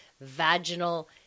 vaginal